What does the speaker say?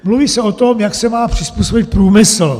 Mluví se o tom, jak se má přizpůsobit průmysl.